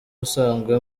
usanzwe